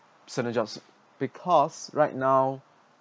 certain jobs because right now